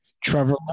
Trevor